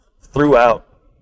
throughout